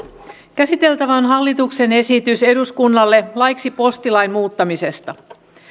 käsiteltävänä on hallituksen esitys eduskunnalle laiksi postilain muuttamisesta